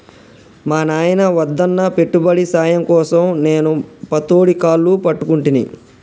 మా నాయిన వద్దన్నా పెట్టుబడి సాయం కోసం నేను పతోడి కాళ్లు పట్టుకుంటిని